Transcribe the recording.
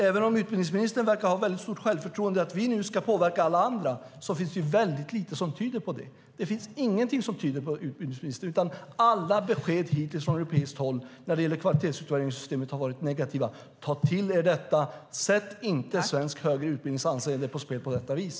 Även om utbildningsministern verkar ha stort självförtroende och tro att vi ska påverka alla andra finns det väldigt lite som tyder på det. Det finns ingenting som tyder på det. Alla besked hittills från europeiskt håll när det gäller kvalitetsutvärderingssystemet har varit negativa. Ta till er det! Sätt inte svensk högre utbildnings anseende på spel på detta vis.